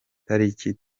tariki